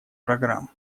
программ